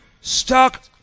stuck